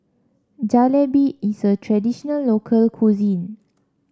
jalebi is a traditional local cuisine